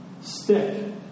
stick